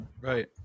Right